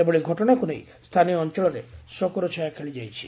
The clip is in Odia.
ଏଭଳି ଘଟଣାକୁ ନେଇ ସ୍ଥାନୀୟ ଅଞ୍ଚଳରେ ଶୋକର ଛାୟା ଖେଳିଯାଇଛି